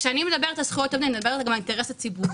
כשאני מדברת על זכויות עובדים אני מדברת גם על האינטרס הציבורי,